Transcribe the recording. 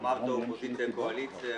אמרת אופוזיציה-קואליציה.